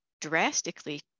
drastically